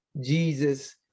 Jesus